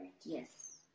Yes